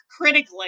critically